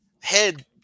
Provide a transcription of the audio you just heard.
head